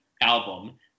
album